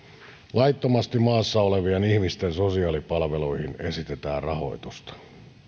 laittomasti maassa olevien ihmisten sosiaalipalveluihin esitetään rahoitusta ja